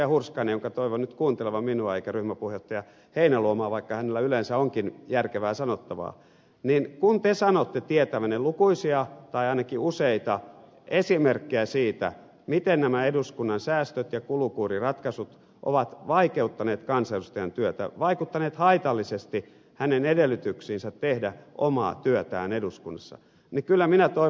hurskainen jonka toivon nyt kuuntelevan minua eikä ryhmäpuheenjohtaja heinäluomaa vaikka hänellä yleensä onkin järkevää sanottavaa sanotte tietävänne lukuisia tai ainakin useita esimerkkejä siitä miten nämä eduskunnan säästöt ja kulukuriratkaisut ovat vaikeuttaneet kansanedustajan työtä vaikuttaneet haitallisesti hänen edellytyksiinsä tehdä omaa työtään eduskunnassa niin kyllä minä toivoisin ed